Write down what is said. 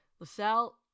LaSalle